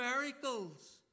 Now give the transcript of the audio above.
miracles